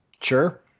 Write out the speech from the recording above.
Sure